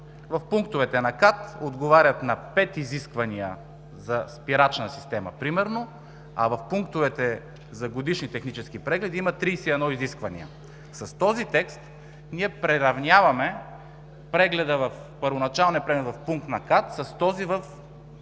В пунктовете на КАТ отговарят на пет изисквания за спирачна система примерно, а в пунктовете за годишни технически прегледи има 31 изисквания. С този текст ние приравняваме първоначалния преглед